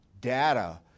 data